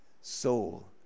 soul